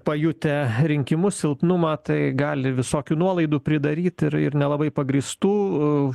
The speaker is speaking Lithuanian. pajutę rinkimus silpnumą tai gali visokių nuolaidų pridaryti ir nelabai pagrįstų